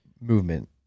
movement